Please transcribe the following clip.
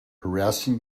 harassing